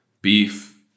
beef